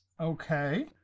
Okay